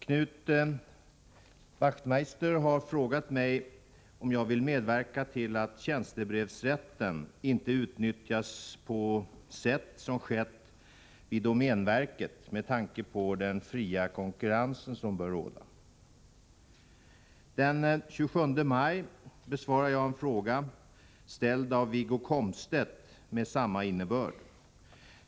Herr talman! Knut Wachtmeister har frågat mig om jag vill medverka till att tjänstebrevsrätten inte utnyttjas på sätt som skett vid domänverket med tanke på den fria konkurrens som bör råda. Den 27 maj 1983 besvarade jag en fråga ställd av Wiggo Komstedt med samma innebörd.